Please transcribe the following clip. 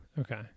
Okay